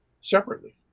separately